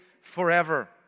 forever